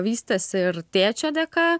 vystėsi ir tėčio dėka